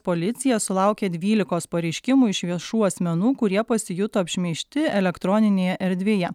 policija sulaukė dvylikos pareiškimų iš viešų asmenų kurie pasijuto apšmeižti elektroninėje erdvėje